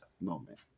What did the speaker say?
moment